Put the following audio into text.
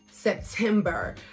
September